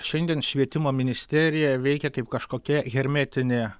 šiandien švietimo ministerija veikia kaip kažkokia hermetinė